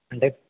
అంటే